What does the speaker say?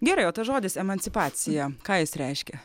gerai o tas žodis emancipacija ką jis reiškia